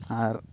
ᱟᱨ